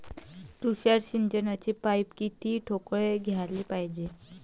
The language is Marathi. तुषार सिंचनाचे पाइप किती ठोकळ घ्याले पायजे?